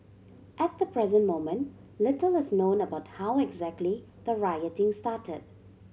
at the present moment little is known about how exactly the rioting started